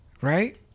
Right